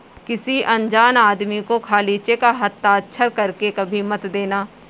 किसी अनजान आदमी को खाली चेक हस्ताक्षर कर के कभी मत देना